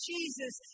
Jesus